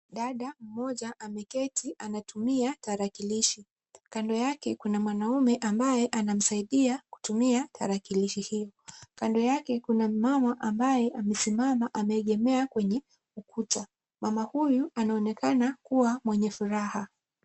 Dada mmoja ameketi anatumia tarakilishi. Kando yake kuna mwanaume ambaye anamsaidia kutumia tarakilishi hiyo. Kando yake kuna mama ambaye amesimama ameegemea kwenye ukuta. Mama huyu anaonekana kuwa mwenye furaha.